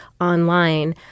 online